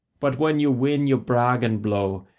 but when you win you brag and blow,